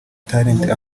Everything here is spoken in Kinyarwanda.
talent